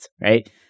Right